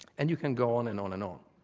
and you can go on and on and on.